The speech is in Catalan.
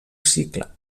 cicle